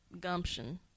gumption